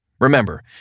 Remember